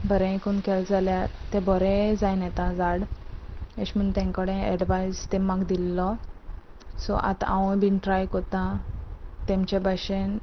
बरें करून केलें जाल्यार ते बरे जायन येता झाड अशें म्हणून तेंकडे एडवायस तेमक दिल्लो सो आतां हांव बीन ट्राय कोतां तेमचे भाशेन